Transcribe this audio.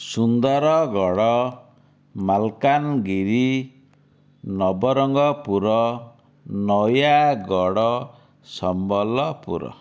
Sundargarh Malkangiri Nabarangpur Nayagarh Sambalpur